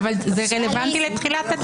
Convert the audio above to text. זה רלוונטי לתחילת הדיון.